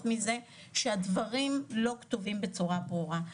מזה שהדברים לא כתובים בצורה ברורה.